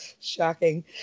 Shocking